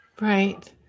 right